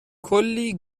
کلی